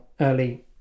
early